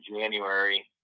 January